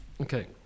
Okay